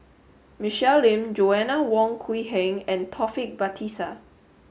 Michelle Lim Joanna Wong Queen Heng and Taufik